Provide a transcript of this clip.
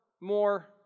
more